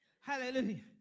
hallelujah